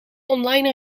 online